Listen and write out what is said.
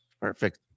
Perfect